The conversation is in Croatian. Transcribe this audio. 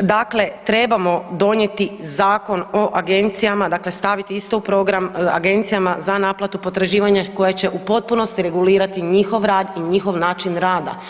dakle trebamo donijeti Zakon o agencijama dakle staviti isto u program agencijama za naplatu potraživanja koja će u potpunosti regulirati njihov rad i njihov način rada.